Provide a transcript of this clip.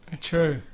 True